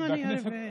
גם אני רביעית.